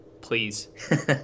Please